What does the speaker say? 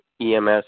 EMS